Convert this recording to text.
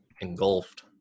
engulfed